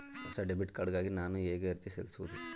ಹೊಸ debit card ಗಾಗಿ ನಾನು ಹೇಗೆ ಅರ್ಜಿ ಸಲ್ಲಿಸುವುದು?